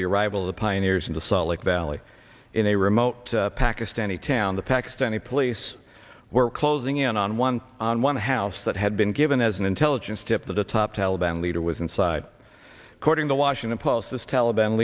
the arrival of the pioneers in the salt lake valley in a remote pakistani town the pakistani police were closing in on one on one house that had been given as an intelligence tip that a top taliban leader was inside according to washington post this taliban